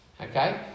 Okay